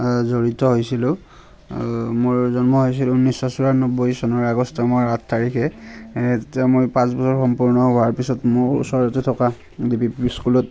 জড়িত হৈছিলোঁ মোৰ জন্ম হৈছিল ঊনৈছশ চৌৰান্নব্বৈ চনৰ আগষ্ট মাহৰ আঠ তাৰিখে যেতিয়া মই পাঁচ বছৰ সম্পূৰ্ণ হোৱাৰ পিছত মোৰ ওচৰতে থকা এল পি স্কুলত